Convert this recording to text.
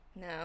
No